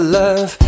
love